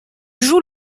joue